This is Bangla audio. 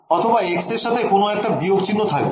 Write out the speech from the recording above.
অথবা x এর সাথে কোন একটা বিয়োগ চিহ্ন থাকবে